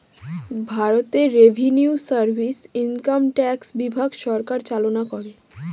ভারতে revenue service income tax বিভাগ সরকার চালনা করে